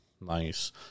Nice